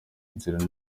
inzira